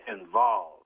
involved